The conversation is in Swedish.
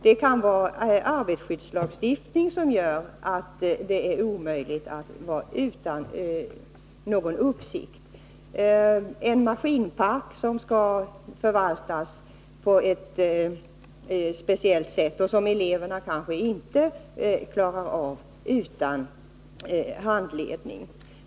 Det kan vara arbetarskyddslagstiftningen som gör att det är omöjligt att vara utan någon uppsikt eller en maskinpark som skall förvaltas på ett speciellt sätt, vilket eleverna kanske inte klarar av utan handledning.